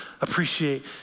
appreciate